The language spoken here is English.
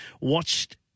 watched